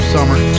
Summer